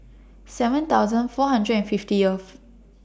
seven thousand four hundred and fiftieth